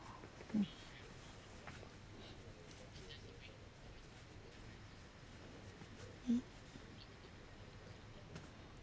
mm mm